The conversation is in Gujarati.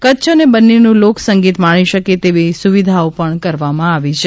કચ્છ અને બન્નીનું લોકસંગીત માણી શકે તેવી સુવિધા કરવામાં આવી છે